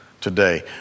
today